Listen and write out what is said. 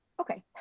okay